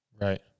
right